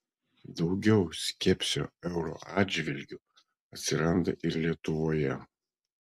daugiau skepsio euro atžvilgiu atsiranda ir lietuvoje